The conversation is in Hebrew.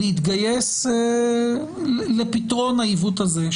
להתגייס לפתרון העיוות הזה,